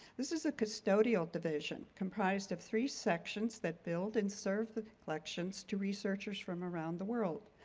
this is a custodial division comprised of three sections that build and serve the collections to researchers from around the world.